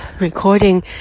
recording